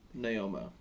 Naoma